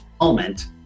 moment